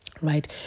right